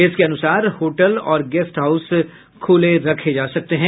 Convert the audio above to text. इसके अनुसार होटल और गेस्ट हाउस खुले रखे जा सकते हैं